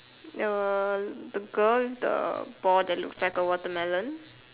the the girl with the ball that looks like a watermelon